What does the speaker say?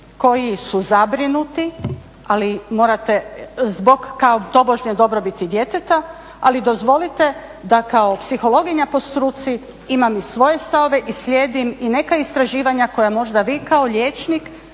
koji su zabrinuti zbog kao tobožnje dobrobiti djeteta ali dozvolite da kao psihologija po struci imam i svoje stavove i slijedim i neka istraživanja koja možda vi kao liječnik